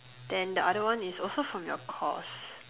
then the other one is also from your course